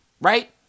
right